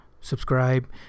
subscribe